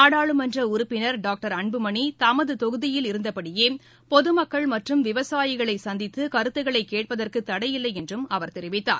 நாடாளுமன்ற உறுப்பினர் டாக்டர் அன்புமணி தமது தொகுதியில் இருந்தபடியே பொது மக்கள் மற்றும் விவசாயிகளை சந்தித்து கருத்துக்களை கேட்பதற்கு தடையில்லை என்றும் அவர் தெரிவித்தார்